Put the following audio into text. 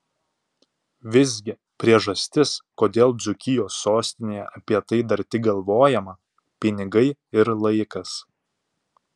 visgi priežastis kodėl dzūkijos sostinėje apie tai dar tik galvojama pinigai ir laikas